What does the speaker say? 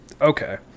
Okay